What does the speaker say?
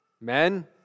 Men